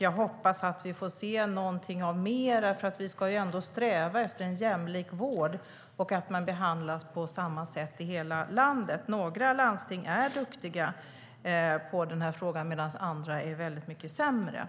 Jag hoppas att få se lite mer eftersom vi ska sträva efter en jämlik vård och att alla ska behandlas på samma sätt i hela landet. Några landsting är duktiga i denna fråga medan andra är mycket sämre.